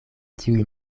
tiuj